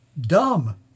Dumb